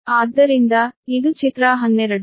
ಆದ್ದರಿಂದ ಇದು ಚಿತ್ರ 12